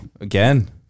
Again